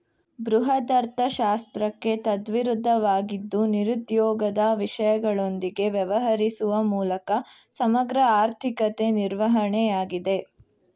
ಬೃಹದರ್ಥಶಾಸ್ತ್ರಕ್ಕೆ ತದ್ವಿರುದ್ಧವಾಗಿದ್ದು ನಿರುದ್ಯೋಗದ ವಿಷಯಗಳೊಂದಿಗೆ ವ್ಯವಹರಿಸುವ ಮೂಲಕ ಸಮಗ್ರ ಆರ್ಥಿಕತೆ ನಿರ್ವಹಣೆಯಾಗಿದೆ